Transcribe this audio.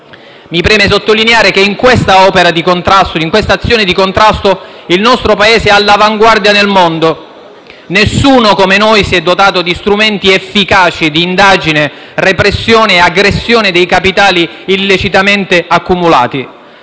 Mi preme sottolineare che in questa azione di contrasto il nostro Paese è all'avanguardia nel mondo. Nessuno come noi si è dotato di strumenti efficaci di indagine, repressione, aggressione dei capitali illecitamente accumulati.